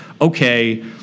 okay